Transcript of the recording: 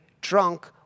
drunk